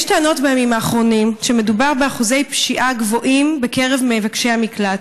בימים האחרונים יש טענות שמדובר באחוזי פשיעה גבוהים בקרב מבקשי המקלט.